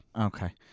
Okay